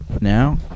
Now